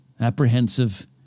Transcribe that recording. apprehensive